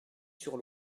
sur